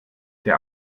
der